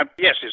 yes